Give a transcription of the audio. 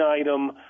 item